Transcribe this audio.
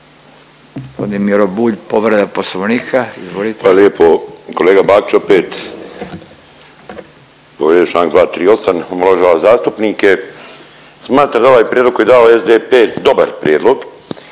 Hvala lijepo. Kolega Bakić opet, povrijeđen je Članak 238. omalovažava zastupnike. Smatram da je ovaj prijedlog koji je dao SDP dobar prijedlog,